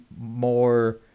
more